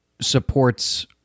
supports